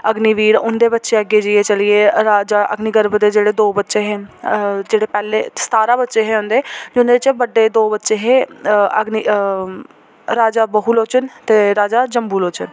अग्निवीर उं'दे बच्चें अग्गें जाइयै चलियै राजा अग्निगर्व दे जेह्ड़े दो बच्चे हे जेह्ड़े पैह्ले सतारां बच्चे हे उं'दे ते उं'दे च बड्डे दो बच्चे हे अग्नि राजा बहु लोचन ते राजा जम्बूलोचन